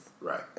Right